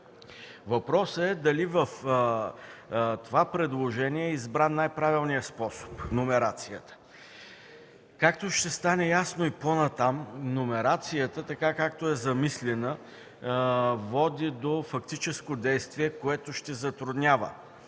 Въпросът е: дали в това предложение е избран най-правилният способ – номерацията? Както ще стане ясно и по-натам, номерацията така, както е замислена, води до фактическо действие, което ще затруднява